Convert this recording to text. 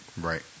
Right